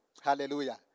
Hallelujah